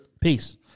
Peace